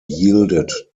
yielded